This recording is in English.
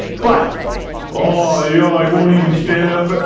but ah yeah oh he won't even stand up but